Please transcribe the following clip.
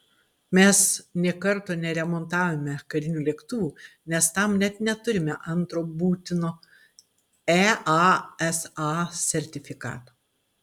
mes nė karto neremontavome karinių lėktuvų nes tam net neturime antro būtino easa sertifikato